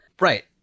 Right